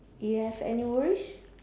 you have any worries